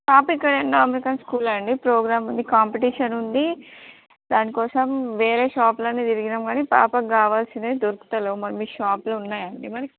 పాప ఇక్కడ Indo American school అండి ప్రోగ్రాం ఉంది కాంపిటీషన్ ఉంది దాని కోసం వేరే షాపులన్నీ తిరిగాము కాని పాపకి కావాల్సినవి దొరుకడం లేదు మరి మీ షాప్లో ఉన్నయా అండి మరి